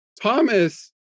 Thomas